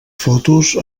fotos